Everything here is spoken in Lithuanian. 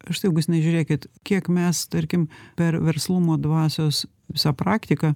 štai augustinai žiūrėkit kiek mes tarkim per verslumo dvasios visą praktiką